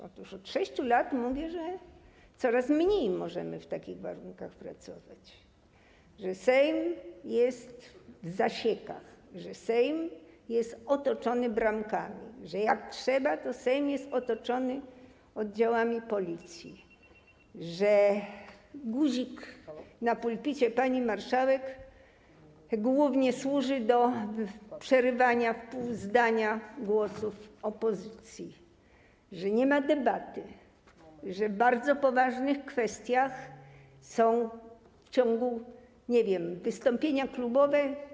Otóż od 6 lat mówię, że coraz mniej możemy w takich warunkach pracować, że Sejm jest w zasiekach, że Sejm jest otoczony bramkami, że jak trzeba, to Sejm jest otoczony oddziałami policji, że guzik na pulpicie pani marszałek służy głównie do przerywania w pół zdania głosów opozycji, że nie ma debaty, że w bardzo poważnych kwestiach są, nie wiem, 3-, 5-minutowe wystąpienia klubowe.